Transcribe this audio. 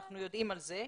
אנחנו יודעים על זה,